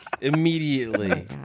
immediately